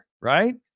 right